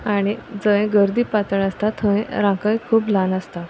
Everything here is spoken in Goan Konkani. आनी जंय गर्दी पातळ आसता थंय रांकय खूब ल्हान आसता